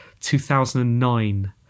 2009